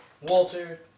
Walter